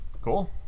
cool